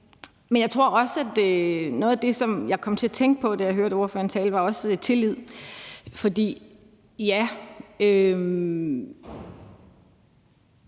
enig med ordføreren. Noget af det, som jeg kom til at tænke på, da jeg hørte ordføreren tale, var også tillid, for ja,